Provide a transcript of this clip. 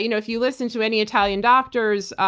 you know if you listen to any italian doctors,